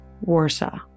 Warsaw